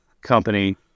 company